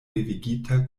devigita